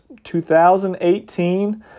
2018